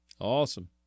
Awesome